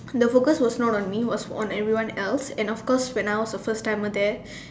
the focus was not on me it was on everyone else and of course when I was a first timer there